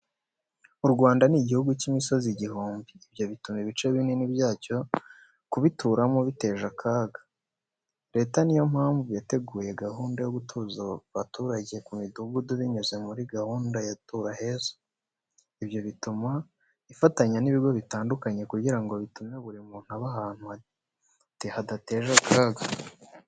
U Rwanda ni igihungu cy'imisozi igihumbi. Ibyo bituma ibice binini byacyo kubituramo biteje akaga. Leta ni yo mpamvu yateguye gahunda yo gutuza abaturage ku imidugudu binyuze muri gahunda ya "Tura heza." Ibyo bituma ifatanya n'ibigo bitandukanye kugira ngo bitume buri muntu aba ahantu hadateje akaga.